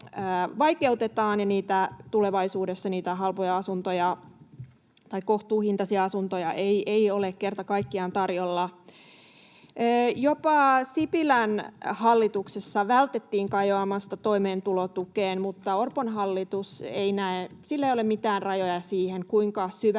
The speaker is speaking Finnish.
ja tulevaisuudessa niitä kohtuuhintaisia asuntoja ei ole kerta kaikkiaan tarjolla. Jopa Sipilän hallituksessa vältettiin kajoamasta toimeentulotukeen, mutta Orpon hallituksella ei ole mitään rajoja siinä, kuinka syvälle